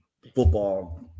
football